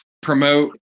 promote